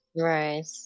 Right